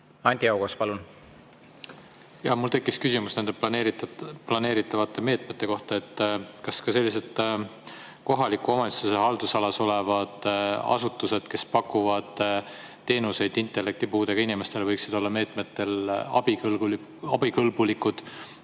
Anti Haugas, palun! Mul tekkis küsimus planeeritavate meetmete kohta. Kas ka kohaliku omavalitsuse haldusalas olevad asutused, kes pakuvad teenuseid intellektipuudega inimestele, võiksid olla meetmete mõttes abikõlblikud,